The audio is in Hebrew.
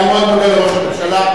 אני מאוד מודה לראש הממשלה.